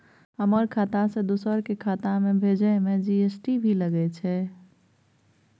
हमर खाता से दोसर के खाता में भेजै में जी.एस.टी भी लगैछे?